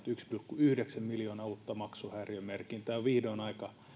yksi pilkku yhdeksän miljoonaa uutta maksuhäiriömerkintää on vihdoin aika